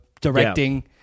directing